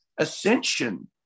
Ascension